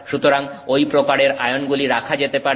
সুতরাং ঐ প্রকারের আয়নগুলি রাখা যেতে পারে